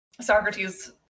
Socrates